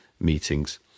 meetings